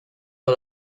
con